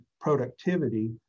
productivity